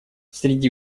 среди